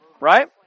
right